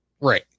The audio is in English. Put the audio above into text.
Right